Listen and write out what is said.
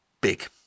big